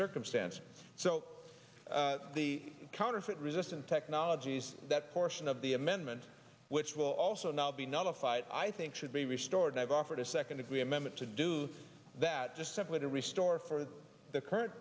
circumstances so the counterfeit resistant technologies that portion of the amendment which will also now be nullified i think should be restored i've offered a second degree amendment to do that just simply to restore for the current